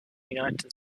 united